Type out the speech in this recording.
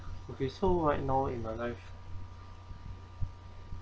okay so right now in my life